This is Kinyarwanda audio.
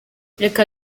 reka